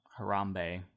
Harambe